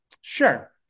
Sure